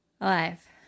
alive